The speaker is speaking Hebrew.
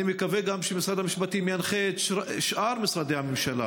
אני מקווה גם שמשרד המשפטים ינחה את שאר משרדי הממשלה